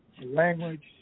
language